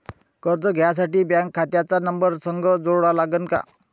कर्ज घ्यासाठी बँक खात्याचा नंबर संग जोडा लागन का?